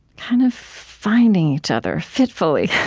kind of finding each other fitfully.